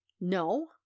No